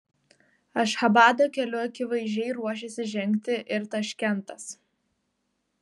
ašchabado keliu akivaizdžiai ruošiasi žengti ir taškentas